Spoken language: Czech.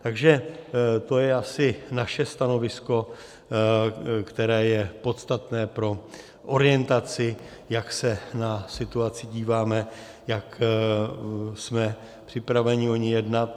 Takže to je asi naše stanovisko, které je podstatné pro orientaci, jak se na situaci díváme, jak jsme připraveni o ní jednat.